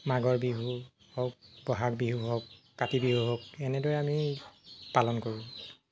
মাঘৰ বিহু হওক বহাগ বিহু হওক কাতি বিহু হওক এনেদৰে আমি পালন কৰো